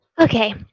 okay